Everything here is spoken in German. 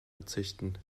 verzichten